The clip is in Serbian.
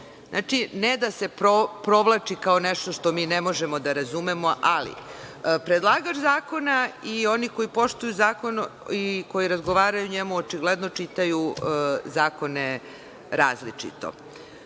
Znači, ne da se provlači kao nešto što mi ne možemo da razumemo, ali predlagač zakona i oni koji poštuju zakon, koji razgovaraju o njemu, očigledno čitaju zakone različito. Šta